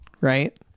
Right